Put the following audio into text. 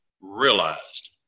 realized